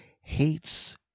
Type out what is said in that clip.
hates